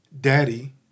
Daddy